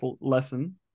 lesson